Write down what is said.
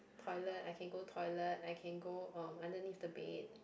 toilet I can go toilet I can go um underneath the bed